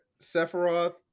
Sephiroth